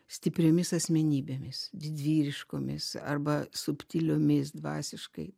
stipriomis asmenybėmis didvyriškomis arba subtiliomis dvasiškai